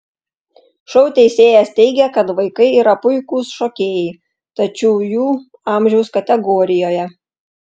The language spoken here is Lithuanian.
šou teisėjas teigė kad vaikai yra puikūs šokėjai tačiau jų amžiaus kategorijoje